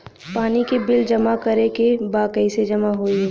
पानी के बिल जमा करे के बा कैसे जमा होई?